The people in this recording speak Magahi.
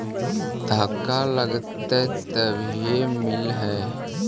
धक्का लगतय तभीयो मिल है?